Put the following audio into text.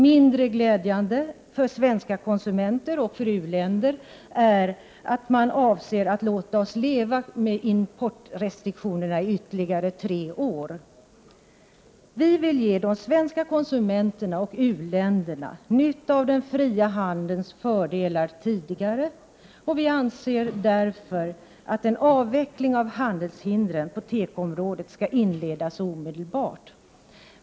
Mindre glädjande för svenska konsumenter, och även för u-länderna, är att man avser att låta oss leva med importrestriktionerna i ytterligare tre år. Vi vill ge de svenska konsumenterna och u-länderna nytta av den fria handelns fördelar tidigare. Vi anser därför att en avveckling av handelshindren på tekoområdet skall inledas omedelbart.